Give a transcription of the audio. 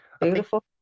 Beautiful